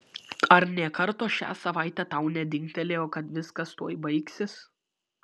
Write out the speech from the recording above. ar nė karto šią savaitę tau nedingtelėjo kad viskas tuoj baigsis